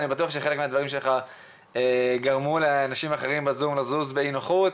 אני בטוח שחלק מהדברים שלך גרמו לאנשים אחרים לזוז באי נוחות,